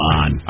on